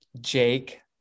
Jake